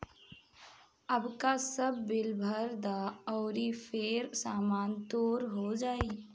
अबका बस बिल भर द अउरी फेर सामान तोर हो जाइ